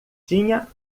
tinha